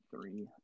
three